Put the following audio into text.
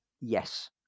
yes